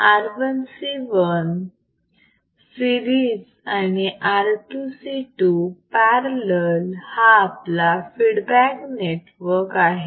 R1 C1 series आणि R2 C2 parallel हा आपला फीडबॅक नेटवर्क आहे